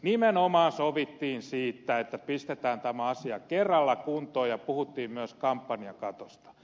nimenomaan sovittiin siitä että pistetään tämä asia kerralla kuntoon ja puhuttiin myös kampanjakatosta